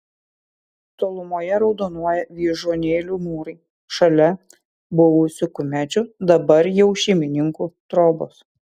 tolumoje raudonuoja vyžuonėlių mūrai šalia buvusių kumečių dabar jau šeimininkų trobos